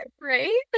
Right